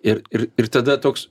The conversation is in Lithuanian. ir ir ir tada toks